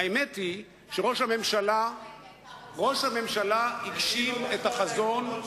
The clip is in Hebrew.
האמת היא שראש הממשלה הגשים את החזון,